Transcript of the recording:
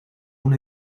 una